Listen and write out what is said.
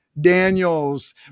Daniels